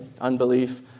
Unbelief